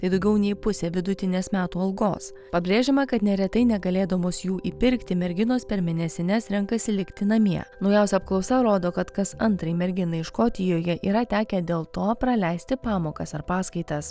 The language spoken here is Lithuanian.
tai daugiau nei pusė vidutinės metų algos pabrėžiama kad neretai negalėdamos jų įpirkti merginos per mėnesines renkasi likti namie naujausia apklausa rodo kad kas antrai merginai škotijoje yra tekę dėl to praleisti pamokas ar paskaitas